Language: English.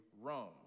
Rome